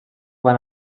van